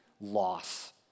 loss